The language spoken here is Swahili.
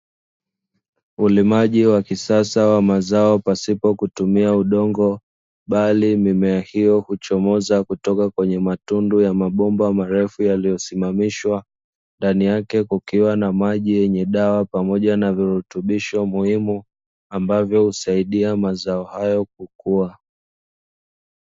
Ulimaji wa kisasa wa mazao pasipo kutumia udongo bali mimea hiyo kuchomoza kutoka kwenye matundu ya mabomba marefu yaliyosimamishwa, ndani yake kukiwa na maji yenye dawa pamoja na virutubisho muhimu ambavyo husaidia mazao hayo kukua.